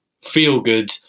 feel-good